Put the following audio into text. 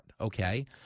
okay